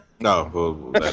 No